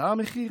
עלה המחיר,